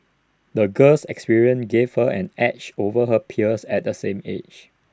the girl's experiences gave her an edge over her peers at the same age